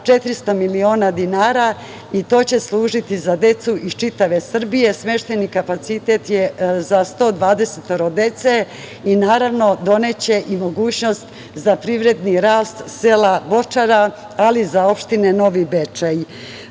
400 miliona dinara i to će služiti za decu iz čitave Srbije, a smeštajni kapacitet je za 120 dece i naravno, doneće i mogućnost za privredni rast sela Bočara, ali i za opštinu Novi